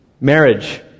marriage